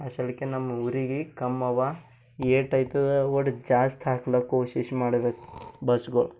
ಅಸಲಿಗೆ ನಮ್ಮೂರಿಗೆ ಕಮ್ ಅವ ಏಟೈತಾದ ಒಟ್ಟು ಜಾಸ್ತಿ ಹಾಕಲಾಕ ಕೋಶಿಶ್ ಮಾಡ್ಬೇಕು ಬಸ್ಗಳ್